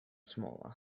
smaller